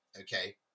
Okay